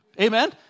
Amen